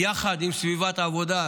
יחד עם סביבת עבודה,